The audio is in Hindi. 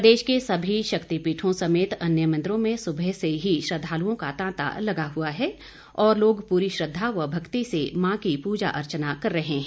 प्रदेश के सभी शक्तिपीठों समेत अन्य मंदिरों में सुबह से ही श्रद्वालुओं का तांता लगा हुआ है और लोग प्री श्रद्वा व भक्ति से मां की प्रजा अर्चना कर रहे हैं